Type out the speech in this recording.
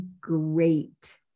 great